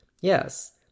Yes